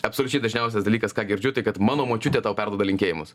absoliučiai dažniausias dalykas ką girdžiu tai kad mano močiutė tau perduoda linkėjimus